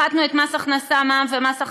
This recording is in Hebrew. הפחתנו את מס הכנסה, מע"מ ומס החברות,